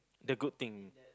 the good thing